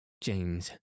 James